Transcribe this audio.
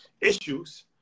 issues